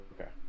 okay